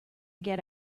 get